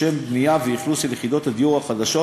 לשם בנייה ואכלוס של יחידות הדיור החדשות,